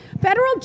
federal